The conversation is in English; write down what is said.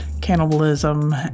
cannibalism